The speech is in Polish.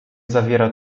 zawiera